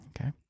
Okay